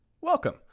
welcome